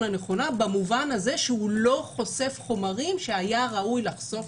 הנכונה במובן הזה שהוא לא חושף חומרים שהיה ראוי לחשוף